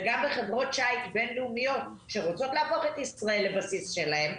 וגם בחברות שיט בינלאומיות שרוצות להפוך את ישראל לבסיס שלהן.